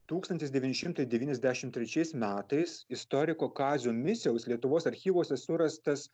tūkstantis devyni šimtai devyniasdešimt trečiais metais istoriko kazio misiaus lietuvos archyvuose surastas